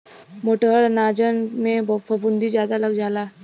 मोटहर अनाजन में फफूंदी जादा लग जाला